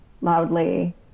loudly